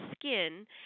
skin